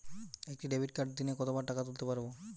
একটি ডেবিটকার্ড দিনে কতবার টাকা তুলতে পারব?